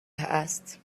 است